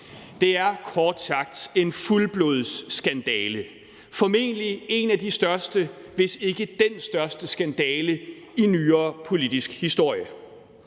Det er kort sagt en fuldblodsskandale. Det er formentlig en af de største, hvis ikke den største skandale i nyere politisk historie.